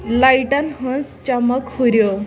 لایٹن ہٕنز چمک ہُریو